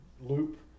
loop